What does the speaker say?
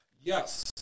Yes